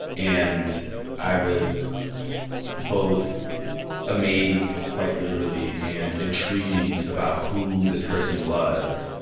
and i was both amazed quite literally and intrigued about who this person was.